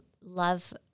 love